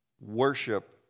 worship